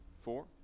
four